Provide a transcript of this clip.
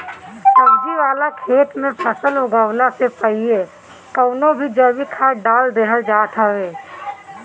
सब्जी वाला खेत में फसल उगवला से पहिले कवनो भी जैविक खाद डाल देहल जात हवे